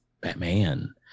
Batman